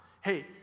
hey